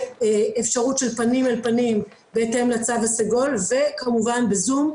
פרונטלי בהתאם לצו הסגול וכמובן בזום.